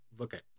okay